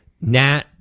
Nat